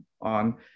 on